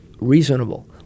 reasonable